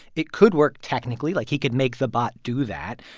it could work, technically. like, he could make the bot do that.